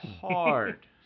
Hard